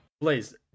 Blaze